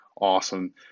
awesome